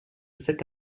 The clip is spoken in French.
cet